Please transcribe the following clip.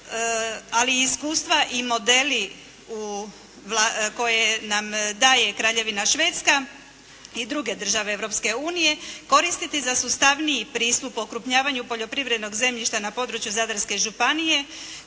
ali i iskustva i modeli koje nam daje Kraljevina Švedska i druge države Europske unije, koristiti za sustavniji pristup okrupnjavanju poljoprivrednog zemljišta na području Zadarske županije